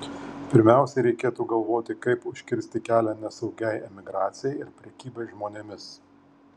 pirmiausia reikėtų galvoti kaip užkirsti kelią nesaugiai emigracijai ir prekybai žmonėmis